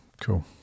cool